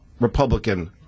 republican